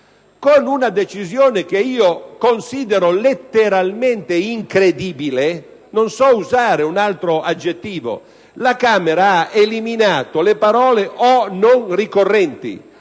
Con una decisione che io considero letteralmente incredibile - non so usare un altro aggettivo - la Camera dei deputati ha eliminato le parole «o non ricorrenti»,